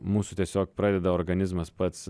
mūsų tiesiog pradeda organizmas pats